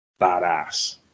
Badass